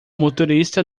motorista